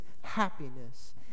happiness